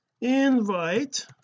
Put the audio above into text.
invite